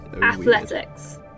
Athletics